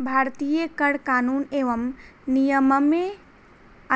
भारतीय कर कानून एवं नियममे